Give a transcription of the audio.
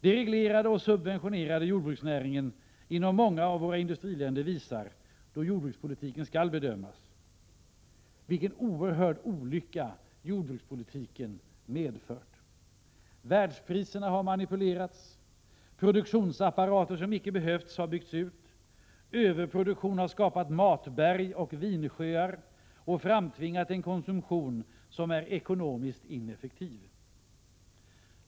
Den reglerade och subventionerade jordbruksnäringen inom många av våra industriländer visar, då jordbrukspolitiken skall bedömas, vilken oerhörd olycka jordbrukspolitiken medfört. Världspriserna har manipulerats. Produktionsapparater som icke behövts har byggts ut. Överproduktion har skapat matberg och vinsjöar samt framtvingat en konsumtion som är ekonomiskt ineffektiv.